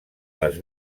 les